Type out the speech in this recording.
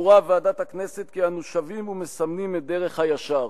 סבורה ועדת הכנסת כי אנו שבים ומסמנים את דרך הישר,